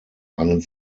einen